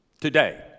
today